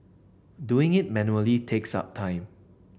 doing it manually takes up time